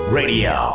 radio